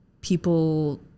people